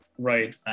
right